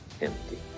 empty